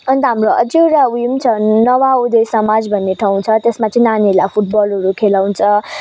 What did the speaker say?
अन्त हाम्रो अझै एउटा उयोम छ नव उदय समाज भन्ने ठाउँ छ त्यसमा चाहिँ नानीहरूलाई फुटबलहरू खेलाउँछ